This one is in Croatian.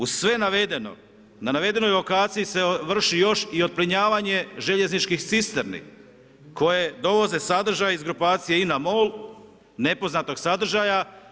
Uz sve navedeno, na navedenoj lokaciji se vrši još i otplinjavanje željezničkih cisterni koje dovoze sadržaj iz grupacije INA MOL nepoznatog sadržaja.